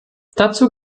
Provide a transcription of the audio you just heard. dazu